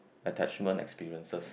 attachment experiences